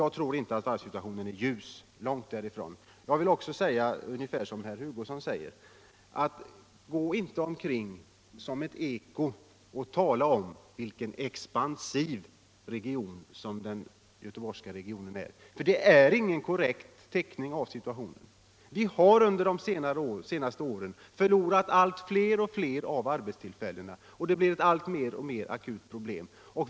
Jag tror inte att varvssituationen är ljus — långt därifrån. Jag vill också säga ungefär som herr Hugosson: Gå inte omkring som ett eko och tala om vilken expansiv region som den göteborgska regionen är, för det är ingen korrekt teckning av situationen. Göteborgsregionen har under de senaste åren förlorat allt fler arbetstillfällen och det blir ett alltmer akut problem.